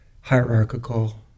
hierarchical